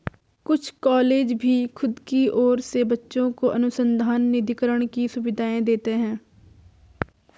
कुछ कॉलेज भी खुद की ओर से बच्चों को अनुसंधान निधिकरण की सुविधाएं देते हैं